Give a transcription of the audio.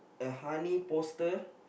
the honey poster